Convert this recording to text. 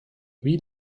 wie